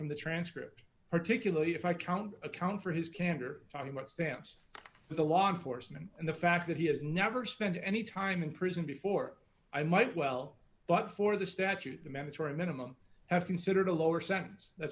from the transcript particularly if i can't account for his candor talking about stamps the law enforcement and the fact that he has never spent any time in prison before i might well but for the statute the mandatory minimum have considered a lower